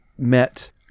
met